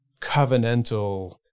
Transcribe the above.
covenantal